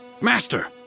Master